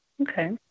okay